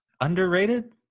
Underrated